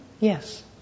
Yes